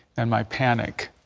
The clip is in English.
and my panic.